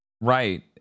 Right